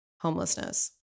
homelessness